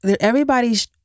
everybody's